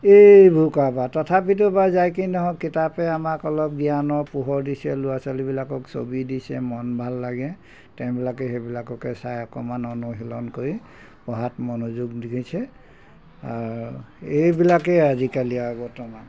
এইবোৰ কাৰবাৰ তথাপিতো বা যায় কি নহওক কিতাপে আমাক অলপ জ্ঞানৰ পোহৰ দিছে ল'ৰা ছোৱালীবিলাকক ছবি দিছে মন ভাল লাগে তেওঁবিলাকে সেইবিলাককে চাই অকণমান অনুশীলন কৰি পঢ়াত মনোযোগ দিছে এইবিলাকেই আজিকালি আৰু বৰ্তমান